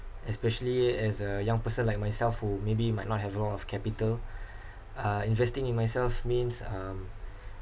especially as a young person like myself who maybe might not have a lot of capital uh investing in myself means um